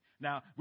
Now